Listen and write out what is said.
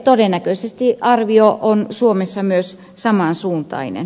todennäköisesti arvio on suomessa myös samansuuntainen